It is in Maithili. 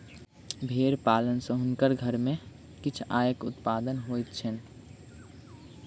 भेड़ पालन सॅ हुनकर घर में किछ आयक उत्पादन होइत छैन